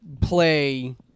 play